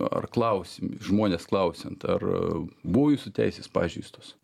ar klausiami žmones klausiant ar buvo jūsų teisės pažeistos